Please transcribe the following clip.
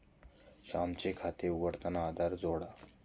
श्यामचे खाते उघडताना आधार जोडा